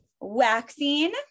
Waxing